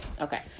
Okay